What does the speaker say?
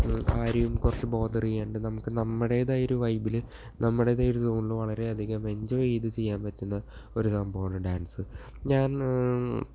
ആരെയും കുറിച്ച് ബോദറെയ്യാണ്ട് നമുക്ക് നമ്മുടേതായൊരു വൈബിൽ നമ്മുടേതായൊരു സോണിൽ വളരെയധികം എൻജോയ് ചെയ്ത് ചെയ്യാൻ പറ്റുന്ന ഒരു സംഭവം ആണ് ഡാൻസ് ഞാൻ